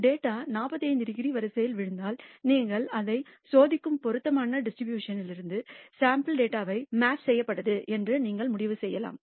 data 45 degree வரிசையில் விழுந்தால் நீங்கள் அதை சோதிக்கும் பொருத்தமான டிஸ்ட்ரிபியூஷன் லிருந்து சாம்பிள் டேட்டா மேப் செய்யப்பட்டு என்று நீங்கள் முடிவு செய்யலாம்